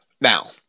Now